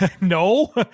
No